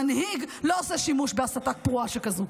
מנהיג לא עושה שימוש בהסתה פרועה שכזאת.